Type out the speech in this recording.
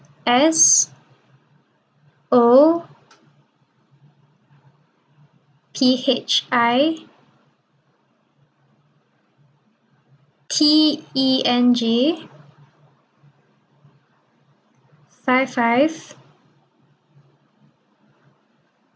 S O P H I T E N G five five